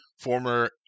former